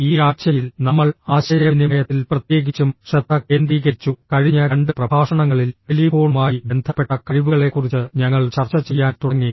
ഈ ആഴ്ചയിൽ നമ്മൾ ആശയവിനിമയത്തിൽ പ്രത്യേകിച്ചും ശ്രദ്ധ കേന്ദ്രീകരിച്ചു കഴിഞ്ഞ രണ്ട് പ്രഭാഷണങ്ങളിൽ ടെലിഫോണുമായി ബന്ധപ്പെട്ട കഴിവുകളെക്കുറിച്ച് ഞങ്ങൾ ചർച്ച ചെയ്യാൻ തുടങ്ങി